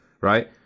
right